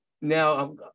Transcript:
Now